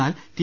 എന്നാൽ ടി